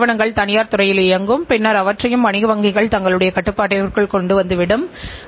இதற்கு ஒரு முக்கியமான காரணம் இங்கு பயனுள்ள நிர்வாகக் கட்டுப்பாட்டு முறைமை இல்லை என்று கூறுகிறோம்